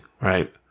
right